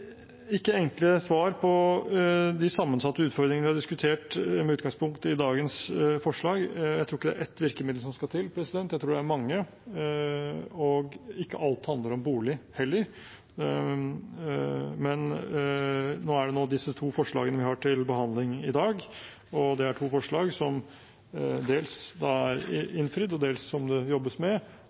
ikke enkle svar på de sammensatte utfordringene vi har diskutert med utgangspunkt i dagens forslag. Jeg tror ikke det er ett virkemiddel som skal til. Jeg tror det er mange, og ikke alt handler om bolig heller. Men nå er det disse to forslagene vi har til behandling i dag, og det er to forslag som dels er innfridd, og dels som det jobbes med,